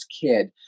kid